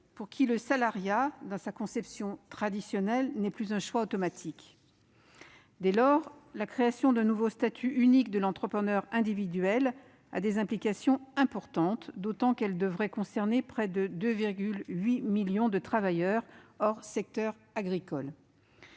pour lesquelles le salariat, dans sa conception traditionnelle, n'est plus un choix automatique. Dès lors, la création d'un nouveau statut unique de l'entrepreneur individuel a des implications importantes, et ce d'autant plus qu'elle devrait concerner près de 2,8 millions de travailleurs, hors secteur agricole.